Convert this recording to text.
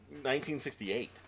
1968